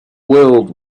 world